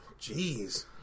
Jeez